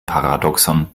paradoxon